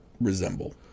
resemble